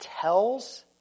tells